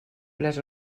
les